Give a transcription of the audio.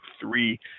three